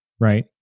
right